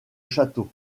château